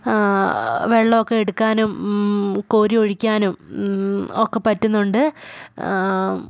വെള്ളമൊക്കെ എടുക്കാനും കോരി ഒഴിക്കാനും ഒക്കെ പറ്റുന്നുണ്ട്